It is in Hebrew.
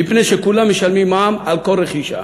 מפני שכולם משלמים מע"מ על כל רכישה.